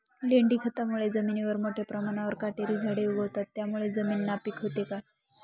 लेंडी खतामुळे जमिनीवर मोठ्या प्रमाणावर काटेरी झाडे उगवतात, त्यामुळे जमीन नापीक होते का?